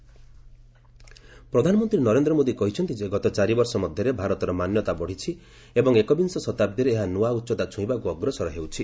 PM New India ପ୍ରଧାନମନ୍ତ୍ରୀ ନରେନ୍ଦ୍ର ମୋଦି କହିଛନ୍ତି ଯେ ଗତ ଚାରିବର୍ଷ ମଧ୍ୟରେ ଭାରତର ମାନ୍ୟତା ବଢ଼ିଛି ଏବଂ ଏକବିଂଶ ଶତାବ୍ଦୀରେ ଏହା ନୂଆ ଉଚ୍ଚତା ଛୁଇଁବାକୁ ଅଗ୍ରସର ହେଉଛି